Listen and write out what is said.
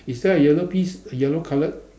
is there a yellow piece a yellow coloured